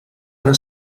una